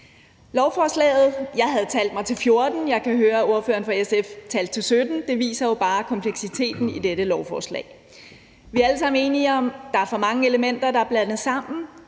i salen. Jeg havde talt mig frem til 14 elementer, jeg kan høre, at ordføreren fra SF havde talt sig frem til 17, og det viser jo bare kompleksiteten i dette lovforslag. Vi er alle sammen enige om, at der for mange elementer, der er blandet sammen.